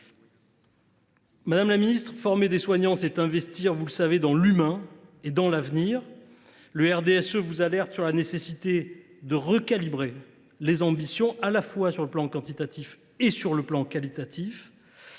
Madame la ministre, former des soignants, c’est investir dans l’humain et dans l’avenir. Le RDSE vous alerte sur la nécessité de recalibrer les ambitions à la fois sur le plan quantitatif et sur le plan qualitatif.